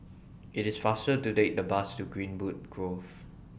IT IS faster to Take The Bus to Greenwood Grove